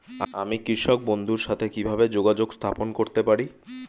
আমি কৃষক বন্ধুর সাথে কিভাবে যোগাযোগ স্থাপন করতে পারি?